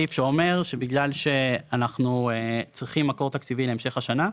סעיף שאומר שבגלל שאנחנו צריכים מקור תקציבי להמשך השנה,